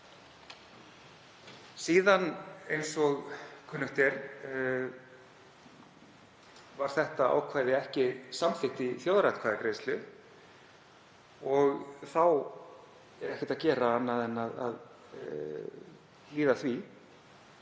Síðan eins og kunnugt er var þetta ákvæði ekki samþykkt í þjóðaratkvæðagreiðslu og þá er ekkert annað að gera en að hlýða því